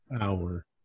hour